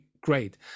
great